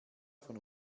von